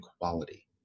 quality